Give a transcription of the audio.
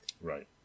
Right